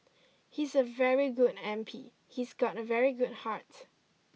he's a very good M P he's got a very good heart